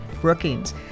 Brookings